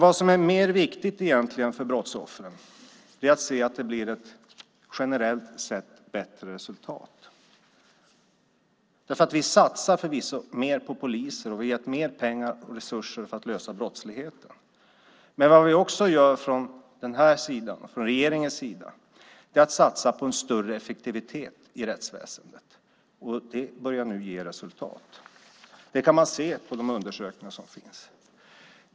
Något som är mer viktigt för brottsoffren är att se att det blir ett generellt sett bättre resultat. Vi satsar förvisso mer på poliser och ger mer pengar och resurser för att bekämpa brottsligheten. Regeringen satsar också på en större effektivitet i rättsväsendet. Det börjar nu ge resultat. Det kan man se på de undersökningar som finns.